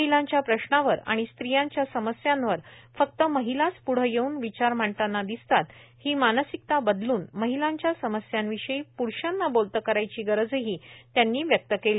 महिलांच्या प्रश्नावर आणि स्त्रीयांच्या समस्यांवर फक्तच महिलाच प्रढं येवून विचार मांडताना दिसतात ही मानसिकता बदलून महिलांच्या समस्यांविषयी प्रूषांना बोलत करायची गरजही त्यांनी व्यक्त केली